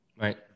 Right